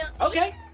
Okay